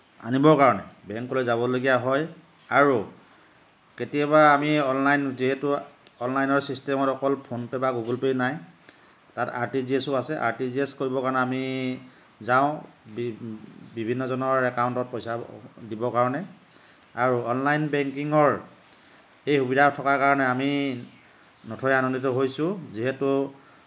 আনিবৰ কাৰণে বেংকলৈ যাবলগীয়া হয় আৰু কেতিয়াবা আমি অনলাইন যিহেতু অনলাইনৰ চিষ্টেমত অকল ফোনপে বা গুগুলপে নাই তাত আৰ টি জি এছো আছে আৰ টি জি এছ কৰিবৰ কাৰণে আমি যাওঁ বিভিন্নজনৰ একাউণ্টত পইচা দিবৰ কাৰণে আৰু অনলাইন বেংকিঙৰ এই সুবিধা থকাৰ কাৰণে আমি নথৈ আনন্দিত হৈছোঁ যিহেতু